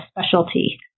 specialty